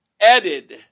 added